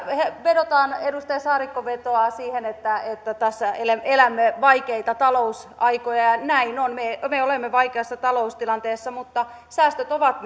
edustaja saarikko vetoaa siihen että että tässä elämme elämme vaikeita talousaikoja ja näin on me me olemme vaikeassa taloustilanteessa mutta säästöt ovat